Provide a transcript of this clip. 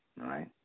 Right